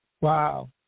Wow